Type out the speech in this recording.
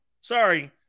Sorry